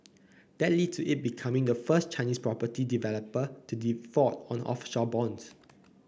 that lead to it becoming the first Chinese property developer to default on offshore bonds